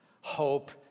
Hope